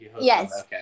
yes